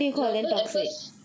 love at first